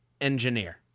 Engineer